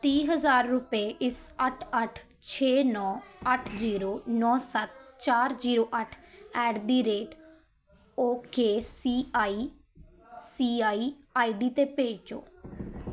ਤੀਹ ਹਜ਼ਾਰ ਰੁਪਏ ਇਸ ਅੱਠ ਅੱਠ ਛੇ ਨੌਂ ਅੱਠ ਜੀਰੋ ਨੌਂ ਸੱਤ ਚਾਰ ਜੀਰੋ ਅੱਠ at the rate O K C I C I I D 'ਤੇ ਭੇਜੋ